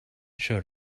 showed